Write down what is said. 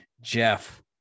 Jeff